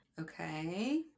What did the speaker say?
okay